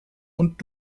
und